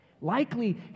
likely